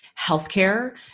healthcare